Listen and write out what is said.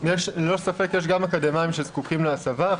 ללא ספק יש גם אקדמאים שזקוקים להסבה,